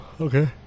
Okay